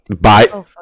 bye